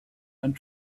and